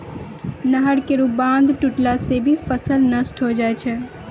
नहर केरो बांध टुटला सें भी फसल नष्ट होय जाय छै